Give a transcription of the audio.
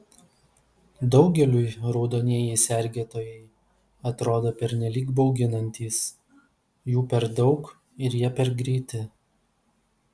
daugeliui raudonieji sergėtojai atrodo pernelyg bauginantys jų per daug ir jie per greiti